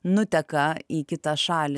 nuteka į kitą šalį